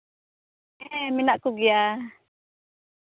ᱦᱮᱸ ᱢᱮᱱᱟᱜ ᱠᱚᱜᱮᱭᱟ